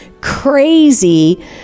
crazy